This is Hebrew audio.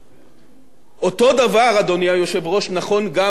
אותו דבר, אדוני היושב-ראש, נכון גם בתחום הכלכלי.